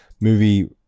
movie